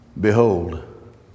Behold